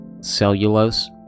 cellulose